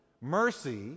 mercy